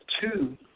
two